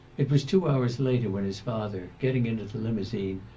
it was two hours later when his father, getting into the limousine,